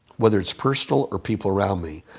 whether it's personal or people around me,